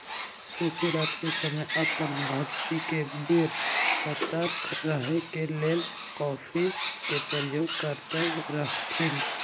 सूफी रात के समय अप्पन भक्ति के बेर सतर्क रहे के लेल कॉफ़ी के प्रयोग करैत रहथिन्ह